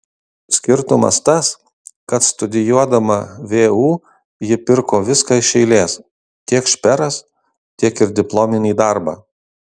skirtumas tas kad studijuodama vu ji pirko viską iš eilės tiek šperas tiek ir diplominį darbą